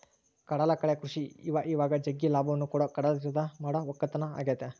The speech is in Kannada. ಕಡಲಕಳೆ ಕೃಷಿ ಇವಇವಾಗ ಜಗ್ಗಿ ಲಾಭವನ್ನ ಕೊಡೊ ಕಡಲತೀರದಗ ಮಾಡೊ ವಕ್ಕಲತನ ಆಗೆತೆ